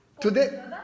Today